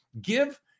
Give